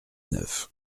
neuf